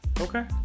Okay